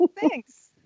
Thanks